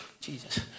Jesus